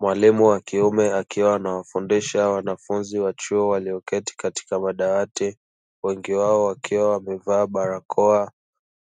Mwalimu wa kiume, akiwa anawafundisha wanafunzi wa chuo walioketi katika madawati, wengi wao wakiwa wamevaa barakoa,